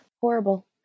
Horrible